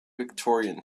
victorian